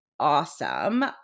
Awesome